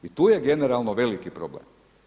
I tu je generalno veliki problem.